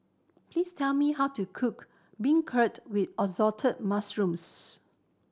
please tell me how to cook beancurd with Assorted Mushrooms